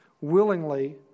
willingly